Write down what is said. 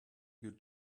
you